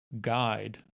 guide